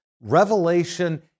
revelation